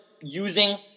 using